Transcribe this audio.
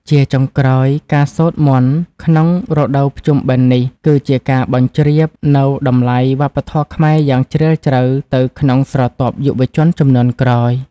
ជាចុងក្រោយ ការសូត្រមន្តក្នុងរដូវភ្ជុំបិណ្ឌនេះ គឺជាការបញ្ជ្រាបនូវតម្លៃវប្បធម៌ខ្មែរយ៉ាងជ្រាលជ្រៅទៅក្នុងស្រទាប់យុវជនជំនាន់ក្រោយ។